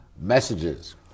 messages